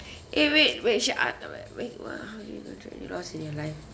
eh wait wait shi~ art uh wait wait !wah! how are you going through loss in your life